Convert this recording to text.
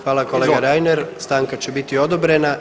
Hvala kolega Reiner, stanka će biti odobrena.